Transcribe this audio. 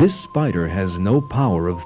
this spider has no power of